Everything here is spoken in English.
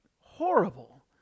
horrible